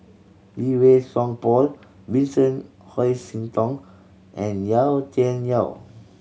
Lee Wei Song Paul Vincent Hoisington and Yau Tian Yau